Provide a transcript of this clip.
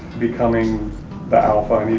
becoming the alpha